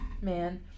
Man